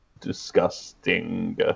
disgusting